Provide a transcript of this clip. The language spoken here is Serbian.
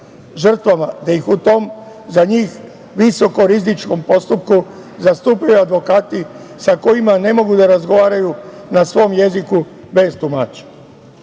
žrtvama da ih u tom za njih visokorizičnom postupku zastupaju advokati sa kojima ne mogu da razgovaraju na svom jeziku, bez tumača. Po